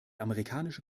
amerikanische